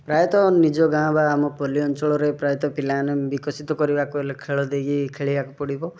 ପ୍ରାୟତଃ ନିଜ ଗାଁ ବା ଆମ ପଲ୍ଲୀ ଅଞ୍ଚଳରେ ପ୍ରାୟତଃ ପିଲାମାନେ ବିକଶିତ କରିବାକୁ ହେଲେ ଖେଳ ଦେଇକି ଖେଳିବାକୁ ପଡ଼ିବ